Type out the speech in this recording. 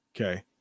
Okay